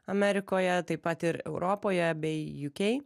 amerikoje taip pat ir europoje bei uk